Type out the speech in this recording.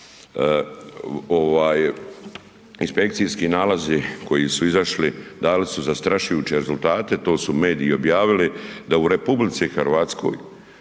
inspekcijski nalazi koji su izašli, dali su zastrašujuće rezultate, to su mediji i objavili, da u RH ispravnost